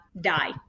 die